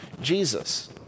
Jesus